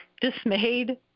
dismayed